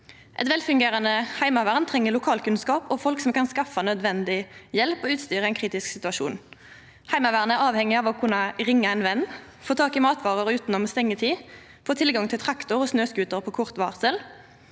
Eit velfungerande heimevern treng lokalkunnskap og folk som kan skaffa nødvendig hjelp og utstyr i ein kritisk situasjon. Heimevernet er avhengig av å kunna ringja ein venn, få tak i matvarer utanom opningstid, få tilgang til traktor og snøscooter på kort varsel.